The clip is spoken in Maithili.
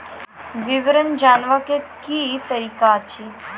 विवरण जानवाक की तरीका अछि?